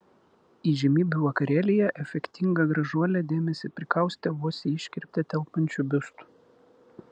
įžymybių vakarėlyje efektinga gražuolė dėmesį prikaustė vos į iškirptę telpančiu biustu